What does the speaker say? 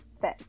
fit